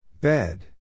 Bed